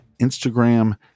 Instagram